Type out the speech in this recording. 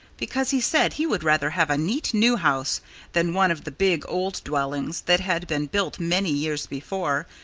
because he said he would rather have a neat, new house than one of the big, old dwellings that had been built many years before,